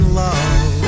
love